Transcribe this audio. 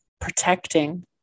protecting